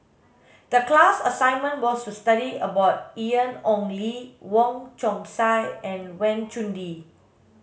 the class assignment was to study about Ian Ong Li Wong Chong Sai and Wang Chunde